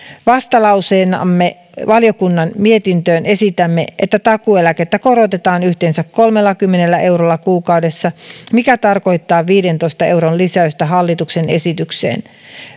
vastalauseenamme valiokunnan mietintöön esitämme että takuueläkettä korotetaan yhteensä kolmellakymmenellä eurolla kuukaudessa mikä tarkoittaa viidentoista euron lisäystä hallituksen esitykseen